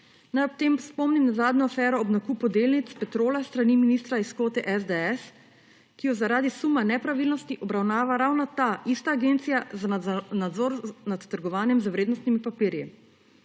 Naj ob tem spomnim na zadnjo afero ob nakupu delnic Petrola s strani ministra iz kvote SDS, ki jo zaradi suma nepravilnosti obravnava ravno ta ista agencija za nadzor nad trgovanjem z vrednostnimi papirji.